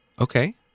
Okay